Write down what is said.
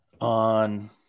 On